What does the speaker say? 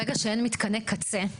ברגע שאין מתקני קצה,